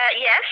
Yes